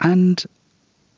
and